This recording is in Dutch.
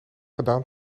gedaan